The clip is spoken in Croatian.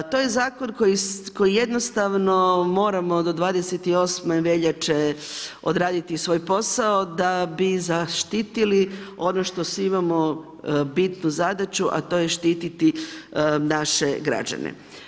To je zakon koji jednostavno moramo do 28. veljače odraditi svoj posao da bi zaštitili ono što svi imamo bitnu zadaću, a to je štititi naše građane.